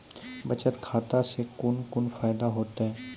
बचत खाता सऽ कून कून फायदा हेतु?